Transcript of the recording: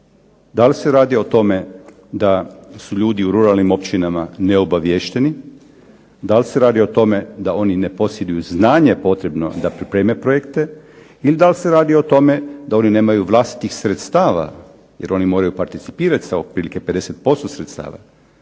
Da li se radi o tome da su ljudi u ruralnim općinama neobaviješteni? Da li se radi o tome da oni ne posjeduju znanje potrebno da pripreme projekte? Ili da li se radi o tome da oni nemaju vlastitih sredstava, jer oni moraju participirati sa otprilike 50% sredstava.